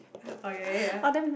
oh ya ya ya